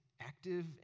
active